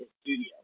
studio